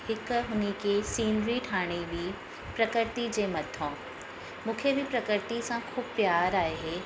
हिकु हुन खे सीनरी ठाहिणी हुई प्रकृति जे मथो मूंखे बि प्रकृति सां ख़ूबु प्यारु आहे